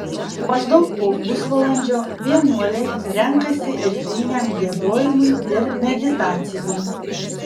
maždaug po pusvalandžio vienuoliai renkasi rytiniam giedojimui ir meditacijai